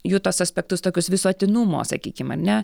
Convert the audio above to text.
jų tuos aspektus tokius visuotinumo sakykim ar ne